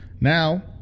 Now